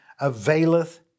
availeth